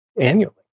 annually